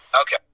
Okay